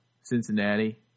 Cincinnati